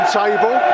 table